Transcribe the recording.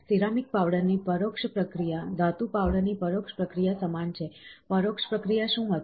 ceramic પાવડરની પરોક્ષ પ્રક્રિયા ધાતુ પાવડરની પરોક્ષ પ્રક્રિયા સમાન છે પરોક્ષ પ્રક્રિયા શું હતી